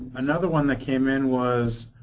another one that came in was,